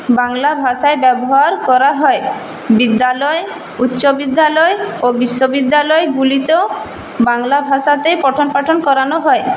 বাংলা ভাষাই ব্যবহার করা হয় বিদ্যালয় উচ্চবিদ্যালয় ও বিশ্ববিদ্যালয়গুলিতেও বাংলা ভাষাতে পঠন পাঠন করানো হয়